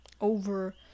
over